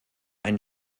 ein